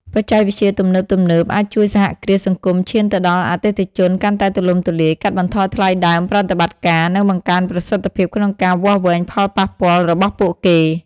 បច្ចេកវិទ្យាទំនើបៗអាចជួយសហគ្រាសសង្គមឈានទៅដល់អតិថិជនកាន់តែទូលំទូលាយ កាត់បន្ថយថ្លៃដើមប្រតិបត្តិការ និងបង្កើនប្រសិទ្ធភាពក្នុងការវាស់វែងផលប៉ះពាល់របស់ពួកគេ ។